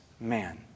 man